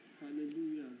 Hallelujah